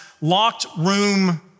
locked-room